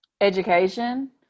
Education